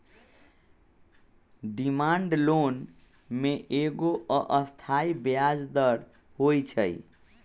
demand loan में एगो अस्थाई ब्याज दर होइ छइ